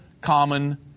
common